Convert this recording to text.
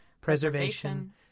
preservation